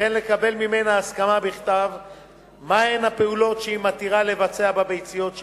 וכן לקבל ממנה הסכמה בכתב לפעולות שהיא מתירה לבצע בביציות שתרמה,